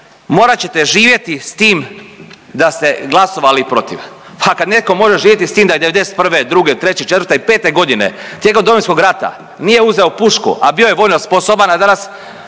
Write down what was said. morat ćete živjeti s tim da ste glasovali protiv. Ha kad neko može živjeti s tim da je '91., druge, treće, četvrte i pete godine tijekom Domovinskog rata nije uzeo pušku, a bio je vojno sposoban, a danas